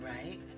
Right